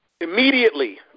Immediately